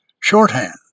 shorthand